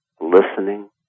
listening